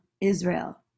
Israel